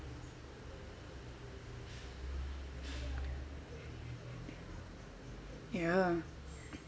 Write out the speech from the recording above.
yah